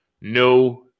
no